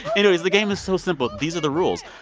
anyways, the game is so simple. these are the rules.